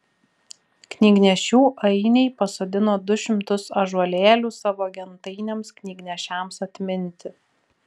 knygnešių ainiai pasodino du šimtus ąžuolėlių savo gentainiams knygnešiams atminti